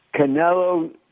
Canelo